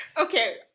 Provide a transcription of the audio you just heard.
Okay